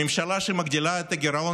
הממשלה שמגדילה את הגירעון,